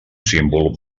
símbol